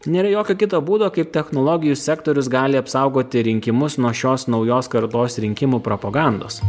nėra jokio kito būdo kaip technologijų sektorius gali apsaugoti rinkimus nuo šios naujos kartos rinkimų propagandos